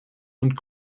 und